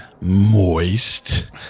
Moist